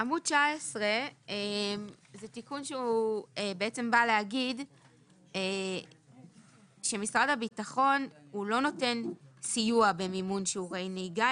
זה תיקון שבא להגיד שמשרד הביטחון לא נותן סיוע במימון שיעורי נהיגה,